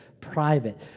private